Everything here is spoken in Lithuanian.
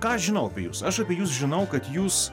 ką aš žinau apie jus aš apie jus žinau kad jūs